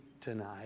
tonight